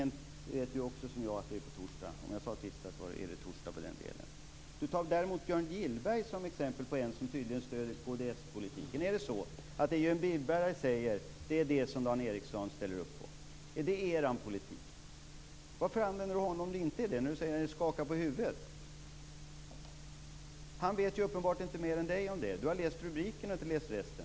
Dan Ericsson vet liksom jag att det är på torsdag. Om jag sade på tisdag var det fel. Dan Ericsson tar Björn Gillberg som exempel på en som tydligen stöder kd:s politik. Är det så att det Björn Gillberg säger är det som Dan Ericsson ställer upp på? Är det er politik? Jag ser att Dan Ericsson skakar på huvudet. Varför använder ni honom om det inte är det? Han vet uppenbart inte mer än Dan Ericsson om detta. Dan Ericsson har läst rubriken men inte resten.